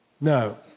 No